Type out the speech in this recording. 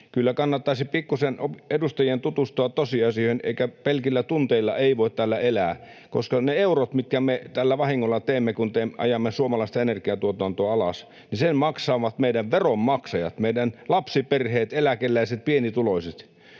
kyllä kannattaisi pikkusen edustajien tutustua tosiasioihin, eikä pelkillä tunteilla voi täällä elää, koska ne eurot, mitkä me tällä vahingolla teemme, kun ajamme suomalaista energiantuotantoa alas, maksavat meidän veronmaksajat, meidän lapsiperheet, eläkeläiset ja pienituloiset.